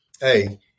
hey